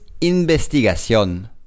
investigación